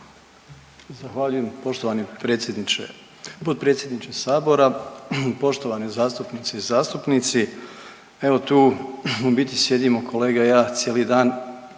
Zahvaljujem poštovani predsjedniče, potpredsjedniče sabora. Poštovane zastupnice i zastupnici. Evo tu u biti sjedimo kolega i ja cijeli dan,